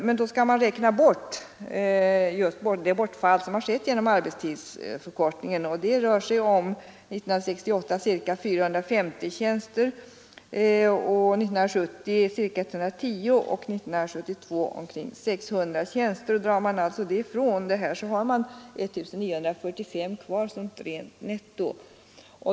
Men då skall man ta hänsyn till det bortfall som sk Det rör sig för 1968 om ca 450 tjänster, för 1970 om ungefär 110 nster. Drar vi ifrån dessa får vi kvar 1 945 tjänster, som alltså är rent netto.